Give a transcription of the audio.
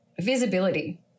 Visibility